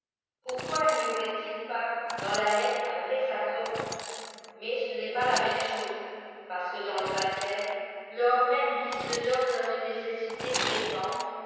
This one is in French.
pourquoi n'y aurait-il pas dans la messe un vrai sacrement mais ce n'est pâsjbméme chose parce que dans le baptême lors même qu'il se oonne dans une nécessité pressante